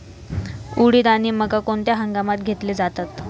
उडीद आणि मका कोणत्या हंगामात घेतले जातात?